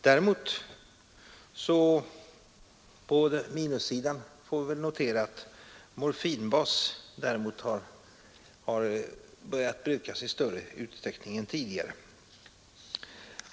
Däremot får vi väl på minussidan notera att morfinbas har börjat brukas i större utsträckning än tidigare.